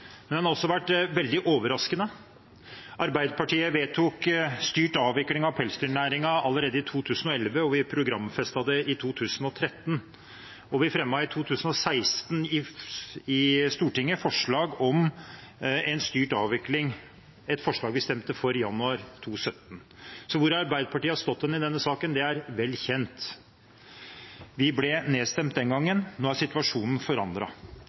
men den har også vært veldig overraskende. Arbeiderpartiet vedtok styrt avvikling av pelsdyrnæringen allerede i 2011, vi programfestet det i 2013, og i 2016 fremmet vi i Stortinget forslag om en styrt avvikling – et forslag vi stemte for i januar 2017. Så hvor Arbeiderpartiet har stått i denne saken, er vel kjent. Vi ble nedstemt den gangen – nå er situasjonen